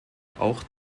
auch